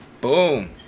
boom